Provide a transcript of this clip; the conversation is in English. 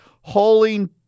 hauling